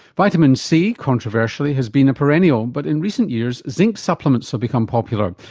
vitamin c, controversially, has been a perennial but in recent years zinc supplements have become popular.